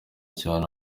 cyane